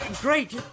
Great